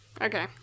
Okay